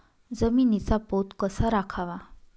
जमिनीचा पोत कसा राखावा?